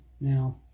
Now